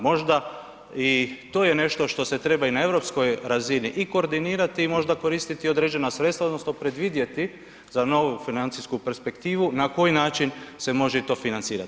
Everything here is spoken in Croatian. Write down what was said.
Možda i to je nešto što se treba na europskoj razini i koordinirati i možda koristiti određena sredstva odnosno predvidjeti za novu financijsku perspektivu na koji način se može i to financirati.